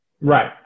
Right